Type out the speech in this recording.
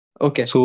Okay